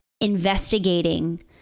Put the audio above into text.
investigating